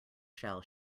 shall